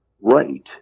right